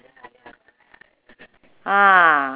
ah